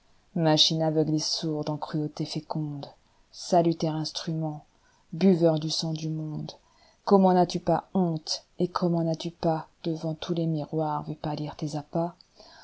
machine aveugle et sourde en cruautés fécondeisalutaire instrument buveur du sang du monde comment n'as-tu pas honte et comment n'as-tu pasdevant tous les miroirs vu pâlir tes appas